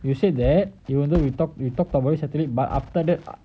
you said that you wanted we talk we talk about it saturday but after that